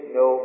no